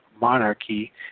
monarchy